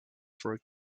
for